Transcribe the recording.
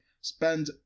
spend